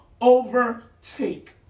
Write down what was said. overtake